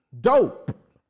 dope